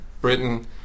Britain